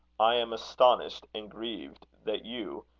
i am astonished and grieved that you,